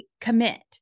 commit